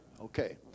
Okay